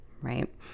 right